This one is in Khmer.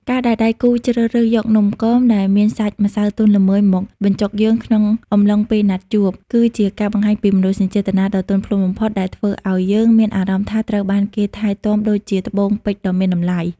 ការដែលដៃគូជ្រើសរើសយកនំគមដែលមានសាច់ម្សៅទន់ល្មើយមកបញ្ចុកយើងក្នុងអំឡុងពេលណាត់ជួប គឺជាការបង្ហាញពីមនោសញ្ចេតនាដ៏ទន់ភ្លន់បំផុត ដែលធ្វើឱ្យយើងមានអារម្មណ៍ថាត្រូវបានគេថែទាំដូចជាត្បូងពេជ្រដ៏មានតម្លៃ។